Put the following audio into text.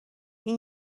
این